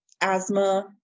asthma